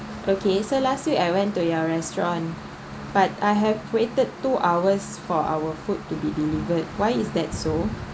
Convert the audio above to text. okay so last week I went to your restaurant but I have waited two hours for out food to be delivered why is that so